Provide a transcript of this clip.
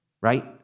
right